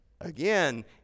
again